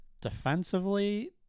Defensively